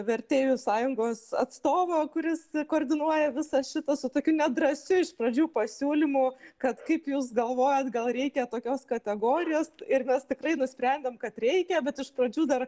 vertėjų sąjungos atstovo kuris koordinuoja visą šitą su tokiu nedrąsiu iš pradžių pasiūlymu kad kaip jūs galvojat gal reikia tokios kategorijos ir mes tikrai nusprendėm kad reikia bet iš pradžių dar